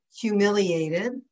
humiliated